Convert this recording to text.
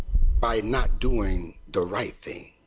by not doing the right thing.